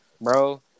Bro